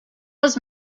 was